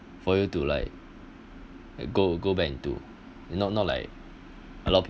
for you to like go go back and do not not like a lot of